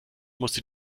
musste